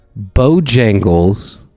Bojangles